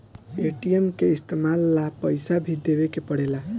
ATM के इस्तमाल ला पइसा भी देवे के पड़ेला